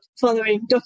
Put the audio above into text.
following